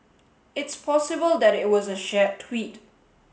it's possible that it was a shared tweet